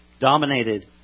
Dominated